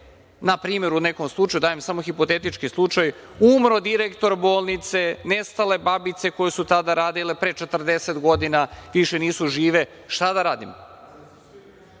na primer, u nekom slučaju, dajem samo hipotetički slučaj, umro direktor bolnice, nestale babice koje su radile pre 40 godina, više nisu žive. Šta da